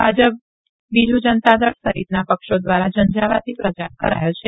ભા પ બીજુ નતાદળ સહિતના પક્ષો ધ્વારા ઝંઝાવાતી પ્રચાર કરાયો છે